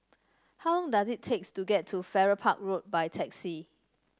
how long does it takes to get to Farrer Park Road by taxi